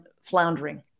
floundering